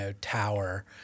tower